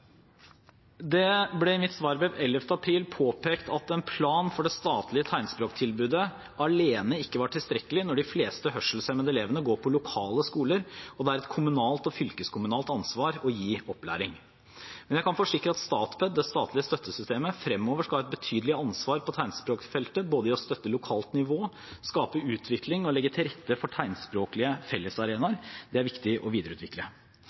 Det ble i mitt svarbrev av den 11. april påpekt at en plan for det statlige tegnspråktilbudet alene ikke var tilstrekkelig når de fleste hørselshemmede elevene går på lokale skoler og det er et kommunalt og fylkeskommunalt ansvar å gi opplæring. Men jeg kan forsikre at Statped, det statlige støttesystemet, fremover skal ha et betydelig ansvar på tegnspråkfeltet, både for å støtte lokalt nivå, for å skape utvikling og for å legge til rette for tegnspråklige fellesarenaer. Dette er det viktig å